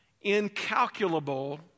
incalculable